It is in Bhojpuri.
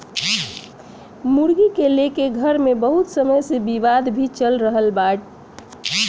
मुर्गी के लेके घर मे बहुत समय से विवाद भी चल रहल बा